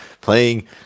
playing